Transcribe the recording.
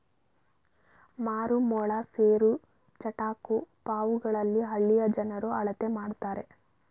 ಮಾರು, ಮೊಳ, ಸೇರು, ಚಟಾಕು ಪಾವುಗಳಲ್ಲಿ ಹಳ್ಳಿಯ ಜನರು ಅಳತೆ ಮಾಡ್ತರೆ